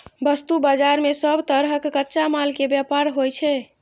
वस्तु बाजार मे सब तरहक कच्चा माल के व्यापार होइ छै